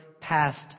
past